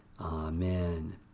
Amen